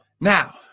Now